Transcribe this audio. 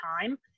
time